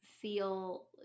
feel